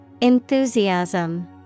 Enthusiasm